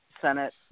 Senate